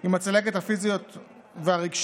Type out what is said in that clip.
עם הצלקת הפיזית והרגשית,